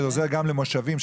זה עוזר גם למושבים,